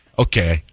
okay